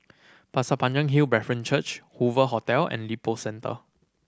Pasir Panjang Hill Brethren Church Hoover Hotel and Lippo Centre